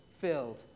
filled